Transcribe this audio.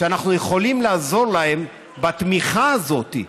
שאנחנו יכולים לעזור להם בתמיכה הזאת,